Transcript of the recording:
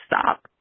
stop